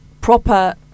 proper